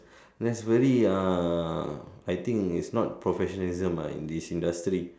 that's very uh I think it's not professionalism ah in this industry